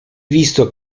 visto